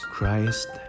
Christ